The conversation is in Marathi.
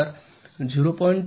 तर ०